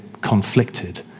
conflicted